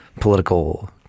political